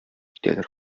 китәләр